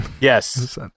Yes